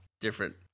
different